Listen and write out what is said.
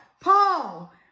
Paul